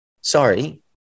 sorry